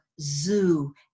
zoo